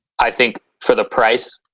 i think for the price